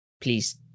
please